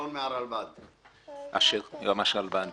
אני יותם אביזוהר, ישראל בשביל